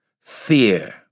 fear